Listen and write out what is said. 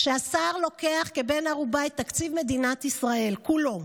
כשהשר לוקח כבן ערובה את תקציב מדינת ישראל כולו